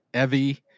Evie